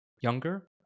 younger